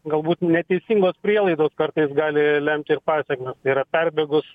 galbūt neteisingos prielaidos kartais gali lemti ir pasekmes tai yra perbėgus